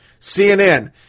CNN